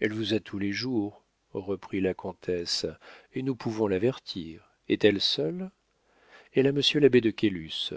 elle vous a tous les jours reprit la comtesse et nous pouvons l'avertir est-elle seule elle a monsieur l'abbé de quélus